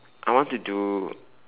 I want to do